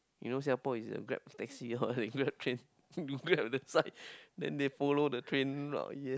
you know Singapore is a Grab Taxi all the grab train you grab the side then they follow the train route yes